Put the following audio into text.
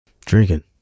Drinking